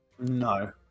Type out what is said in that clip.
No